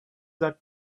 that